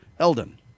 Eldon